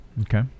Okay